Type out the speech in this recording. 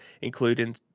including